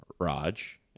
Raj